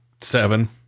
Seven